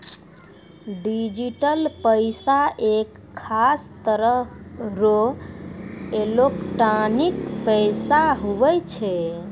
digital पैसा एक खास तरह रो एलोकटानिक पैसा हुवै छै